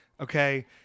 okay